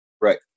Right